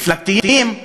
מפלגתיים,